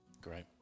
Great